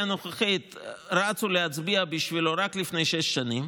הנוכחית רצו להצביע בשבילו רק לפני שש שנים,